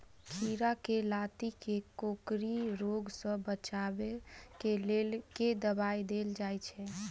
खीरा केँ लाती केँ कोकरी रोग सऽ बचाब केँ लेल केँ दवाई देल जाय छैय?